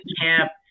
camp